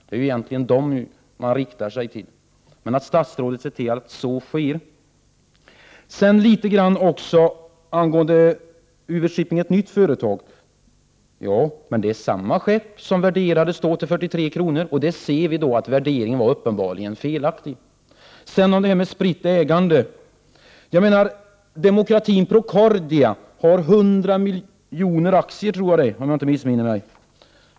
Det är ju egentligen dem vi riktar oss till. Statsrådet bör se till att så sker. UV-Shipping är ett nytt företag. Ja, men det är samma skepp, som då värderades till 43 kr., och den värderingen var uppenbarligen felaktig. Så till frågan om spritt ägande. ”Demokratin” Procordia har 30 miljoner aktier, om jag inte missminner mig.